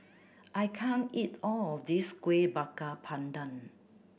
I can't eat all of this Kuih Bakar Pandan